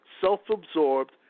self-absorbed